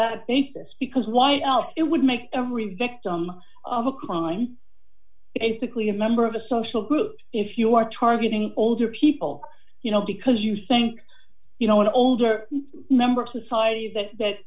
that basis because why else it would make every victim of a crime a sickly a member of a social group if you are targeting older people you know because you think you know what older member of society says that